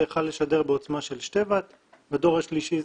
ה-20.11.2018.